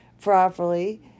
properly